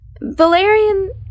Valerian